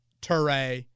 Ture